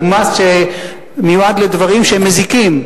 הוא מס שמיועד לדברים שמזיקים,